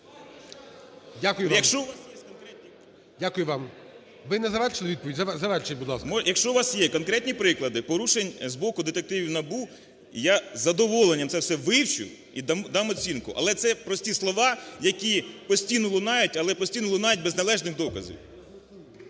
Дякую вам. Ви не завершили відповідь? Завершіть, будь ласка. 13:38:23 СИТНИК А.С. Якщо у вас є конкретні приклади по рушень з боку детективів НАБУ, я задоволенням це все вивчу і дам оцінку. Але це прості слова, які постійно лунають, але постійно лунають без належних доказів.